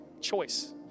choice